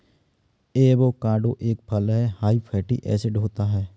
avocado एक फल हैं हाई फैटी एसिड होता है